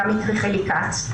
תמי קריכלי-כץ,